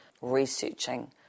researching